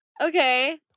Okay